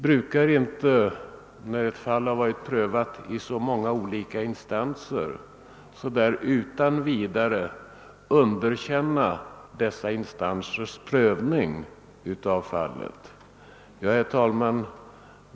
Då ett fall prövats i så många olika instanser, brukar inte utskottet utan vidare underkänna dessa instansers prövning av fallet. Herr talman!